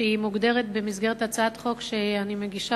שמוגדרת במסגרת הצעת חוק שאני מגישה